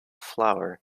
flower